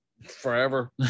forever